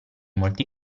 molti